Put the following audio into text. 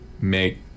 make